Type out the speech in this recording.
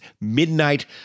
Midnight